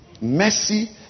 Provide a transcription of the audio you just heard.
Mercy